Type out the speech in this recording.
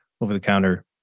over-the-counter